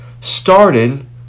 started